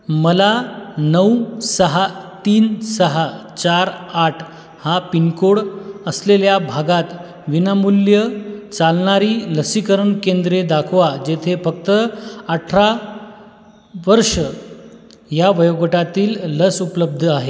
मला नऊ सहा तीन सहा चार आठ हा पिनकोड असलेल्या भागात विनामूल्य चालणारी लसीकरण केंद्रे दाखवा जेथे फक्त अठरा वर्षं ह्या वयोगटातील लस उपलब्ध आहे